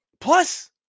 Plus